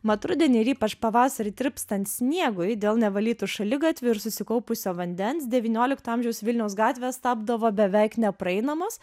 mat rudenį ir ypač pavasarį tirpstant sniegui dėl nevalytų šaligatvių ir susikaupusio vandens devyniolikto amžiaus vilniaus gatvės tapdavo beveik nepraeinamos